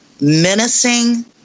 menacing